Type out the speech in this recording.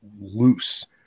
loose